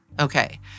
Okay